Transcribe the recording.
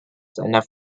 seiner